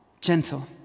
gentle